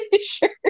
sure